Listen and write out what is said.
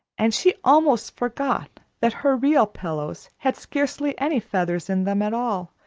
and she almost forgot that her real pillows had scarcely any feathers in them at all,